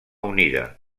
unida